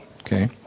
okay